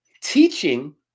Teaching